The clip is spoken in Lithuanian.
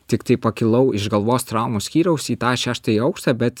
tiktai pakilau iš galvos traumų skyriaus į tą šeštąjį aukštą bet